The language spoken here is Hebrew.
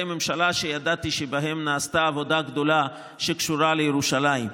ממשלה שידעתי שבהם נעשתה עבודה גדולה שקשורה לירושלים.